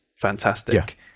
fantastic